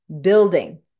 building